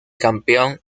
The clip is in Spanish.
campeón